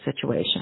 situation